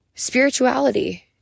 Spirituality